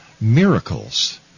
miracles